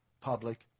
public